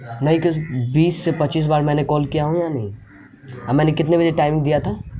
نہیں بیس سے پچیس بار میں نے کال کیا ہوں یا نہیں اور میں نے کتنے بجے ٹائم دیا تھا